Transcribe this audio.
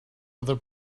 other